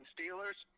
Steelers